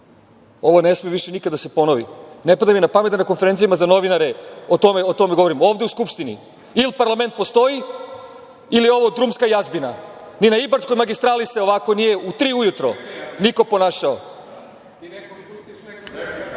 Ovo ne sme više nikada da se ponovi. Ne pada mi na pamet da na konferencijama za novinare o tome govorim. Ovde u Skupštini ili parlament postoji ili ovo je drumska jazbina. Ni na Ibarskoj magistrali se ovako nije u tri ujutro niko ponašao. **Vladimir Marinković**